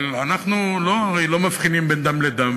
אבל אנחנו הרי לא מבחינים בין דם לדם,